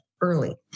early